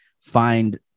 find